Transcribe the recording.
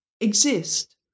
exist